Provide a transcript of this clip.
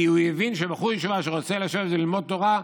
כי הוא הבין שבחור ישיבה שרוצה לשבת וללמוד תורה,